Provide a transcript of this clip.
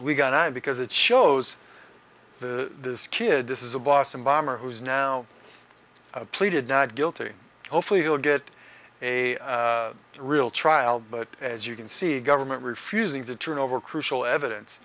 we got out because it shows the kid this is a boston bomber who's now pleaded not guilty hopefully he'll get a real trial but as you can see the government refusing to turn over crucial evidence